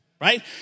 Right